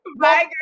Bye